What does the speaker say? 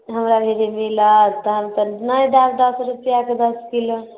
हमरा यदि मिलत तहन तऽ नहि दश दश रुपआ कऽ दश किलो